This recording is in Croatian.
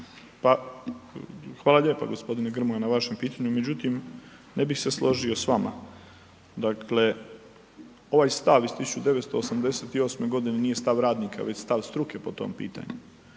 Hvala lijepa gospodine Grmoja na vašem pitanju, međutim ne bih se složio s vama. Dakle, ovaj stav iz 1988. godine nije stav radnika već stav struke po tom pitanju.